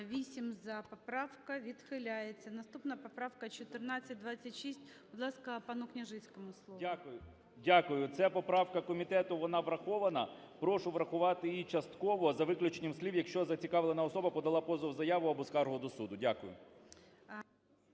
За-8 Поправка відхиляється. Наступна поправка – 1426. Будь ласка, пану Княжицькому слово. 17:15:21 КНЯЖИЦЬКИЙ М.Л. Дякую. Ця поправка комітету – вона врахована. Прошу врахувати її частково, за виключенням слів: "якщо зацікавлена особа подала позов, заяву або скаргу до суду". Дякую.